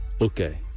Okay